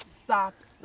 stops